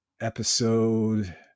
episode